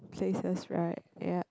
places right yup